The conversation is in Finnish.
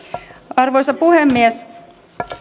arvoisa puhemies